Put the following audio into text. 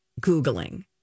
Googling